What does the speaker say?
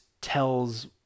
tells